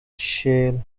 shale